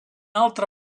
altra